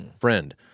Friend